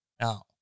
Now